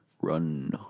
run